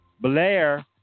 Blair